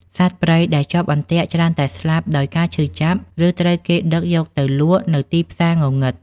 សត្វព្រៃដែលជាប់អន្ទាក់ច្រើនតែស្លាប់ដោយការឈឺចាប់ ឬត្រូវគេដឹកយកទៅលក់នៅទីផ្សារងងឹត។